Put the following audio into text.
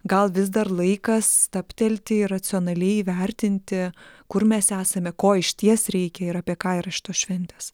gal vis dar laikas stabtelti ir racionaliai įvertinti kur mes esame ko išties reikia ir apie ką yra šitos šventės